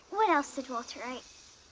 what else did walter write?